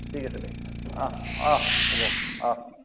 ঠিক আছে দে অঁ অঁ হ'ব অঁ